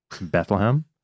Bethlehem